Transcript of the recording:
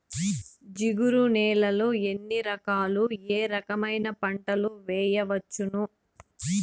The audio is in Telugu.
జిగురు నేలలు ఎన్ని రకాలు ఏ రకమైన పంటలు వేయవచ్చును?